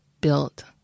built